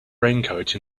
raincoat